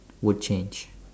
would change